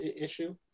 issue